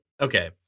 okay